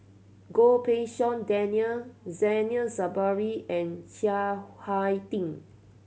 Goh Pei Siong Daniel Zainal Sapari and Chiang Hai Ding